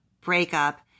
breakup